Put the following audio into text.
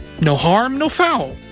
no harm, no foul.